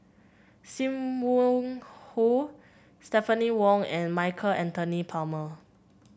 Sim Wong Hoo Stephanie Wong and Michael Anthony Palmer